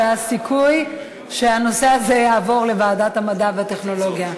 לא היה סיכוי שהנושא הזה יעבור לוועדת המדע והטכנולוגיה.